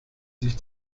sich